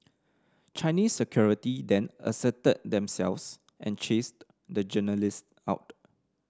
Chinese security then asserted themselves and chased the journalist out